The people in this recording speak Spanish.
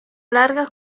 larga